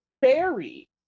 Barry